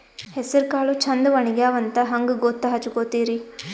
ಹೆಸರಕಾಳು ಛಂದ ಒಣಗ್ಯಾವಂತ ಹಂಗ ಗೂತ್ತ ಹಚಗೊತಿರಿ?